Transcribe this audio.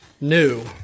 new